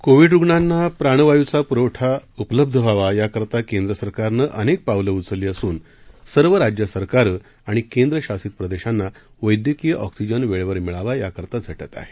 Covid रुग्णांना प्राणवायूचा पुरवठा उपलब्ध व्हावा याकरता केंद्रसरकारनं अनेक पावलं उचलली असून सर्व राज्य सरकारं आणि केंद्रशासित प्रदेशांना वैद्यकीय ऑक्सीजन वेळेवर मिळावा याकरता झटत आहे